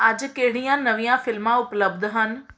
ਅੱਜ ਕਿਹੜੀਆਂ ਨਵੀਆਂ ਫ਼ਿਲਮਾਂ ਉਪਲਬਧ ਹਨ